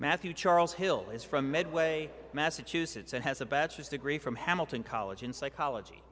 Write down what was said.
matthew charles hill is from midway massachusetts and has a bachelor's degree from hamilton college in psychology